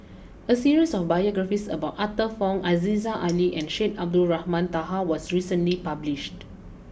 a series of biographies about Arthur Fong Aziza Ali and Syed Abdulrahman Taha was recently published